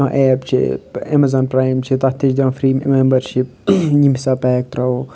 کانٛہہ ایپ چھِ Amazon Prime چھِ تَتھ تہِ چھِ دِوان فِرٛی میٚمبَرشِپ ییٚمہِ حِساب پیک ترٛاوَو